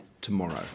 tomorrow